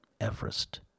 Everest